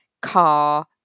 car